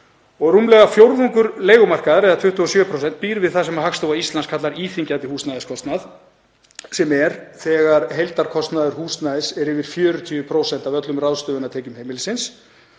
Rúmlega fjórðungur leigumarkaðar, eða 27%, býr við það sem Hagstofa Íslands kallar íþyngjandi húsnæðiskostnað, sem er þegar heildarkostnaður húsnæðis er yfir 40% af öllum ráðstöfunartekjum heimilisins.